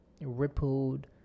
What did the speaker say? rippled